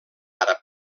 àrab